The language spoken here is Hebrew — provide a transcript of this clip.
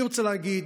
אני רוצה להגיד,